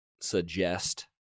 Suggest